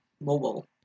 mobile